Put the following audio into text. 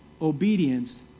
Obedience